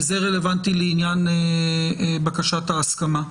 זה רלוונטי לעניין בקשת ההסכמה.